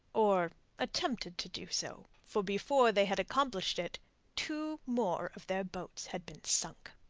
or attempted to do so, for before they had accomplished it two more of their boats had been sunk.